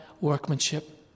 workmanship